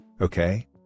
okay